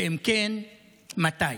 אם כן, מתי?